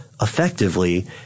Effectively